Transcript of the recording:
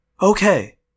Okay